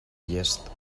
llest